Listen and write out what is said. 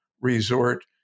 resort